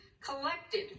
collected